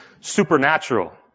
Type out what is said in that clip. supernatural